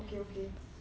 okay okay